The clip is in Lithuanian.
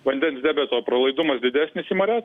vandens debeto pralaidumas didesnis į marias